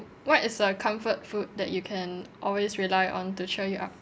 what is a comfort food that you can always rely on to cheer you up